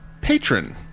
Patron